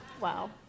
Wow